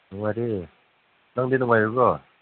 ꯅꯨꯡꯉꯥꯏꯔꯤ ꯅꯪꯗꯤ ꯅꯨꯡꯉꯥꯏꯔꯤꯕ꯭ꯔꯣ